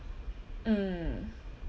mm